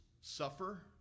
suffer